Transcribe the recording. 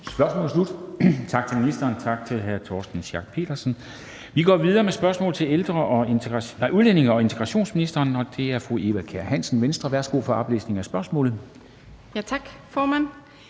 Spørgsmålet er slut. Tak til ministeren, tak til hr. Torsten Schack Pedersen. Vi går videre med spørgsmål til udlændinge- og integrationsministeren, og det er fru Eva Kjer Hansen, Venstre. Kl. 13:17 Spm. nr.